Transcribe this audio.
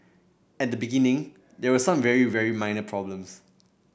at the beginning there were some very very minor problems